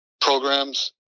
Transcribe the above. programs